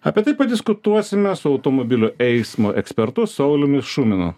apie tai padiskutuosime su automobilių eismo ekspertu sauliumi šuminu